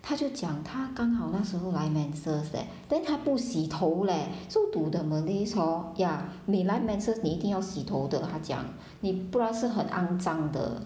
她就讲她刚好那时候来 menses then 她不洗头 leh so to the malays hor ya 你来 menses 你一定要洗头的她讲你不不然是很肮脏的